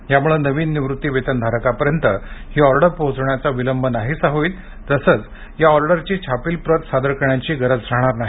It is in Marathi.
यामुळे नवीन निवृत्तिवेतनधारकांपर्यंत ही ऑर्डर पोहोचण्याचा विलंब नाहीसा होईल तसंच या ऑर्डरची छापील प्रत सादर करण्याची गरज राहणार नाही